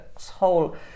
whole